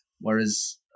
Whereas